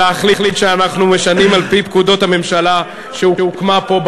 שאנחנו משנים על-פי פקודות הממשלה שהוקמה פה,